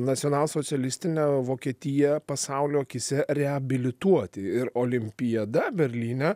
nacionalsocialistinę vokietiją pasaulio akyse reabilituoti ir olimpiada berlyne